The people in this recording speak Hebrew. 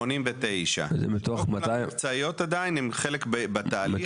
89, לא כולן מבצעיות עדיין, הן חלק בתהליך.